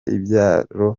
ibyaro